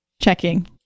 Checking